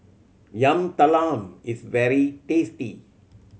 Yam Talam is very tasty